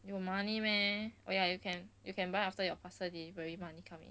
you got money meh oh ya you can you can buy after your parcel delivery money come in